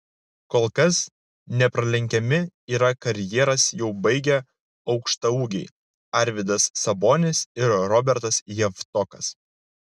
kol kas nepralenkiami yra karjeras jau baigę aukštaūgiai arvydas sabonis ir robertas javtokas